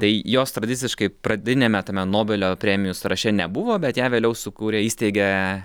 tai jos tradiciškai pradiniame tame nobelio premijų sąraše nebuvo bet ją vėliau sukūrė įsteigė